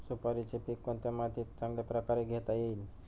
सुपारीचे पीक कोणत्या मातीत चांगल्या प्रकारे घेता येईल?